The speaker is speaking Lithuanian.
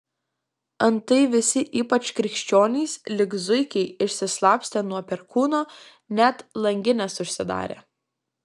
antai visi ypač krikščionys lyg zuikiai išsislapstė nuo perkūno net langines užsidarė